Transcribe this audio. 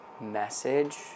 message